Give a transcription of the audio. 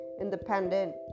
independent